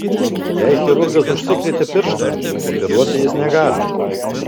jei chirurgas užsikrėtė pirštą operuoti jis negali